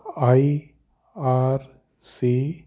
I R C